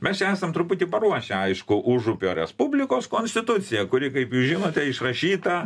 mes čia esam truputį paruošę aišku užupio respublikos konstituciją kuri kaip jūs žinote išrašyta